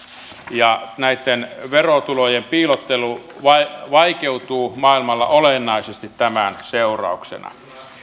ja näitten verotulojen piilottelu vaikeutuu maailmalla olennaisesti tämän seurauksena